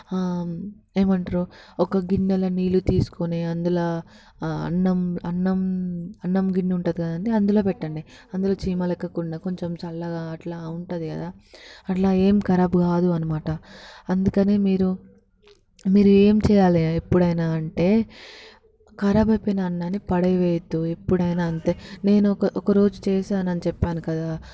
ఏమంటారు ఒక గిన్నెలో నీళ్ళు తీసుకొని అందులో అన్నం అన్నం అన్నం గిన్నె ఉంటుంది కదండి అందులో పెట్టండి అందులో చీమలు ఎక్కకుండా కొంచెం చల్లగా అట్లా ఉంటుంది కదా అట్లా ఏం కరాబ్ కాదు అన్నమాట అందుకనే మీరు మీరు ఏం చేయాలి ఎప్పుడైనా అంటే కరాబ్ అయిపోయిన అన్నాన్ని పడవేయవద్దు ఎప్పుడైనా అంతే నేను ఒక ఒకరోజు చేసాను అని చెప్పాను కదా